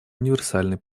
универсальной